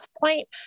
point